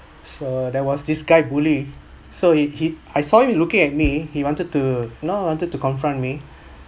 so there was this guy bully so he he I saw him looking at me he wanted to know wanted to confront me